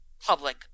public